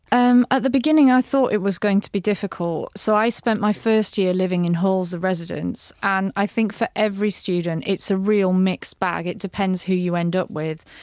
um at the beginning i thought it was going to be difficult so i spent my first year living in halls of residence and i think for every student it's a real mixed bag, it depends who you end up with.